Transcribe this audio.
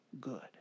good